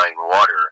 water